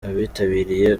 abitabiriye